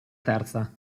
terza